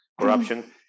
corruption